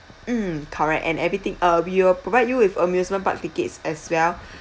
mm correct and everything uh we will provide you with amusement park tickets as well